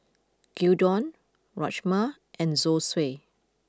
Gyudon Rajma and Zosui